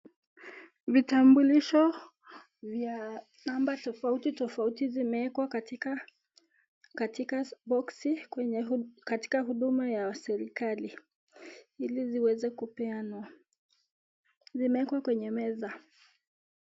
Vitambulisho vya number tofauti imewekwa katika boxi katika huduma ya serikali ili ziweze kupeanwa zimewekwa kwenye meza.